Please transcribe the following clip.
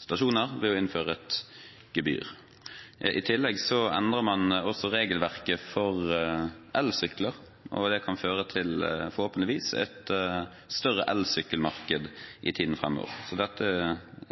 stasjoner ved å innføre et gebyr. I tillegg endrer man regelverket for elsykler, noe som forhåpentligvis kan føre til et større elsykkelmarked i tiden framover. Dette